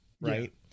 right